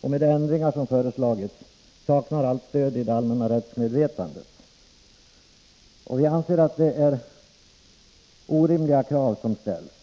och med de ändringar som har föreslagits, saknar stöd i det allmänna rättsmedvetandet. Vår uppfattning är att de krav som ställs är orimliga.